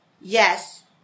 Yes